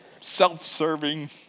self-serving